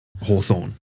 Hawthorne